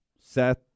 Seth